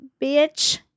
bitch